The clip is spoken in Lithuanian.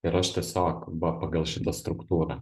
ir aš tiesiog ba pagal šitą struktūrą